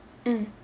mm